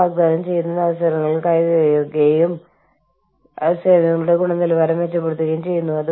കൂടാതെ മുൻ പ്രഭാഷണങ്ങളിലൊന്നിൽ നമ്മൾ ആപേക്ഷികതയെക്കുറിച്ച് സംസാരിച്ചു